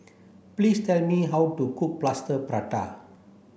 please tell me how to cook plaster prata